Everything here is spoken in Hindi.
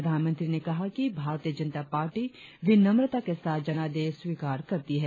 प्रधानमंत्री ने कहा कि भारतीय जनता पार्टी विनम्रता के साथ जनादेश स्वीकार करती है